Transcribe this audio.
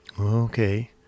Okay